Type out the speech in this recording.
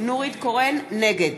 נגד